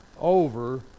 over